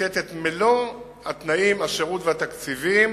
לתת את מלוא התנאים, השירות והתקציבים